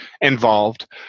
involved